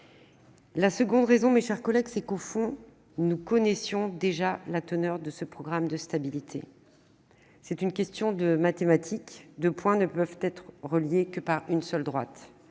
La seconde raison, mes chers collègues, c'est qu'au fond nous connaissions déjà la teneur de ce programme de stabilité. C'est une question de mathématiques : deux points ne peuvent être reliés que par une seule droite.